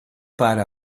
para